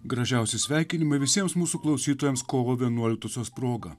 gražiausi sveikinimai visiems mūsų klausytojams kovo vienuoliktosios proga